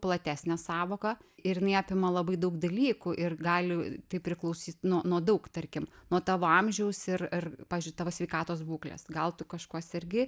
platesnė sąvoka ir jinai apima labai daug dalykų ir gali taip priklausyt nuo nuo daug tarkim nuo tavo amžiaus ir ir pavyzdžiui tavo sveikatos būklės gal tu kažkuo sergi